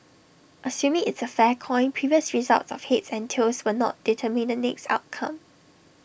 assuming it's A fair coin previous results of heads and tails will not determine the next outcome